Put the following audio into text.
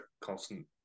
constant